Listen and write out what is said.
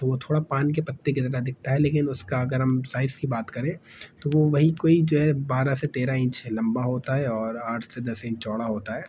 تو وہ تھوڑا پان کے پتے کی طرح دکھتا ہے لیکن اس کا اگر ہم سائز کی بات کریں تو وہ وہی کوئی جو ہے بارہ سے تیرہ انچ ہے لمبا ہوتا ہے اور آٹھ سے دس انچ چوڑا ہوتا ہے